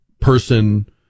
person